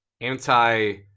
anti